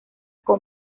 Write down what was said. con